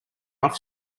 rough